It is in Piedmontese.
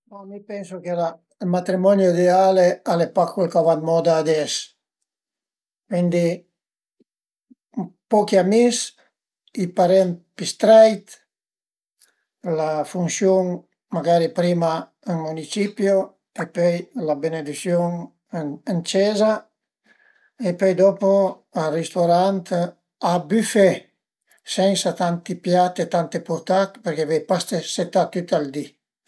Mi pensu che ël matrimonio ideale al e pa cul ch'a va dë moda ades, cuindi pochi amis, i parent pi streit, la funsiun magari prima ën municipio e pöi la benedisiun ën cieza e pöi dopu al risturant a buffet, sensa tanti piat e tante portà përché vöi pa ste sëstà tüt ël di